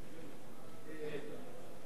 נתקבל.